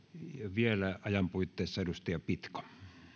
vielä ajan puitteissa edustaja pitko